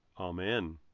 Amen